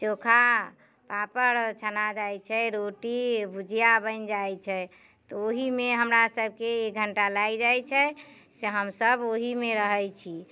चोखा पापड़ छना जाइत छै रोटी भुजिया बनि जाइत छै तऽ ओहीमे हमरासभके एक घंटा लागि जाइत छै से हमसभ ओहीमे रहैत छी